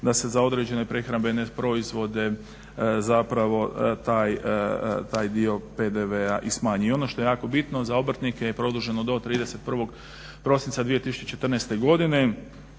da se za određene prehrambene proizvode zapravo taj dio PDV-a i smanji. I ono što je jako bitno za obrtnike je produženo do 31. prosinca 2014. godine.